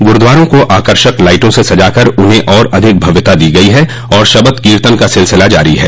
गुरूद्वारों को आकर्षक लाईटों से सजाकर उन्हें आर अधिक भव्यता दी गयी है और शबद कीर्तन का सिलसिला जारी है